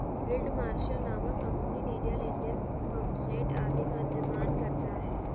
field marshal नामक company diesel engine, pumpset आदि का निर्माण करता है